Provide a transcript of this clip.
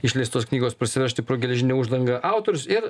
išleistos knygos prasiveržti pro geležinę uždangą autorius ir